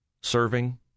serving